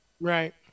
Right